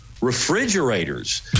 refrigerators